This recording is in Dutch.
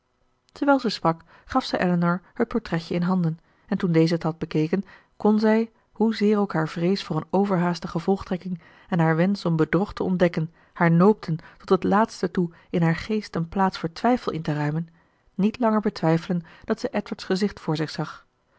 terwijl ze sprak gaf ze elinor het portretje in handen en toen deze het had bekeken kon zij hoezeer ook haar vrees voor een overhaaste gevolgtrekking en haar wensch om bedrog te ontdekken haar noopten tot het laatste toe in haar geest een plaats voor twijfel in te ruimen niet langer betwijfelen dat zij edward's gezicht voor zich zag